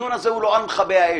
הדיון הזה הוא לא על מכבי אש.